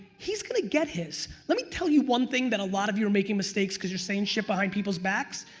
he's gonna get his. let me tell you one thing that a lot of you are making mistakes cause you're saying shit behind people's backs.